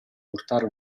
portare